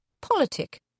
politic